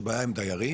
יש בעיה עם דיירים,